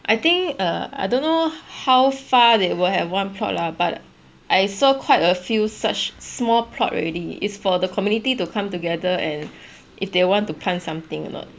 I think err I don't know how far they will have one plot lah but I saw quite a few such small plot already is for the community to come together and if they want to plant something a not